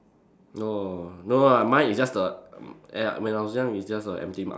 no no no no lah mine is just the m~ ya when I was young it's just a empty ang